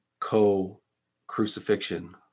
Co-crucifixion